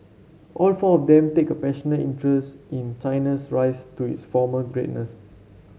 all four of them take a passionate interest in China's rise to its former greatness